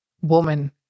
woman